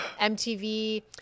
MTV